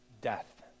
death